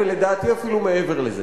ולדעתי אפילו מעבר לזה.